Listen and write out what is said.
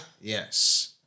Yes